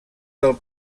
del